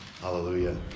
Hallelujah